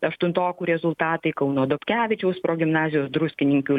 aštuntokų rezultatai kauno dobkevičiaus progimnazijos druskininkų